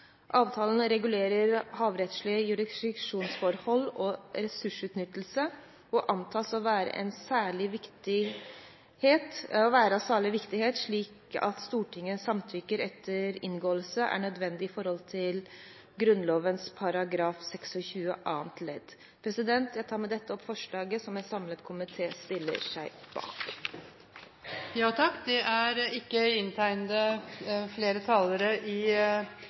Avtalen regulerer havrettslige jurisdiksjonsforhold og ressursutnyttelse og antas å være av særlig viktighet, slik at Stortingets samtykke til inngåelse er nødvendig i medhold av Grunnloven § 26 andre ledd. Jeg anbefaler med dette innstillingen, som en samlet komité stiller seg bak. Flere har ikke